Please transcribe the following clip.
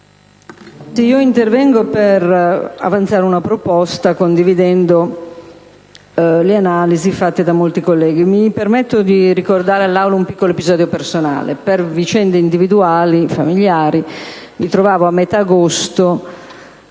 intervengo per avanzare una proposta, condividendo le analisi svolte da molti colleghi. Mi permetto di raccontare all'Aula un piccolo episodio personale. Per vicende personali e familiari, a metà agosto